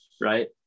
right